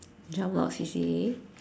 jump a lot of C_C_A